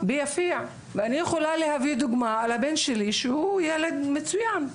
אני יכולה להביא דוגמה מהבן שלי, שהוא ילד מצוין,